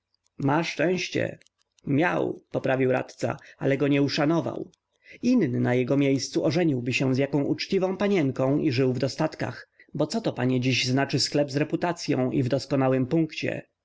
ma szczęście miał poprawił radca ale go nie uszanował inny na jego miejscu ożeniłby się z jaką uczciwą panienką i żyłby w dostatkach bo co to panie dziś znaczy sklep z reputacyą i w doskonałym punkcie